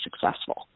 successful